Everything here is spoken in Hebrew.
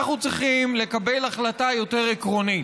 אנחנו צריכים לקבל החלטה יותר עקרונית,